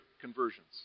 conversions